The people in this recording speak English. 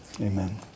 amen